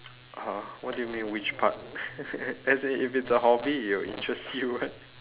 !huh! what do you mean which part as in if it's a hobby it will interest you [what]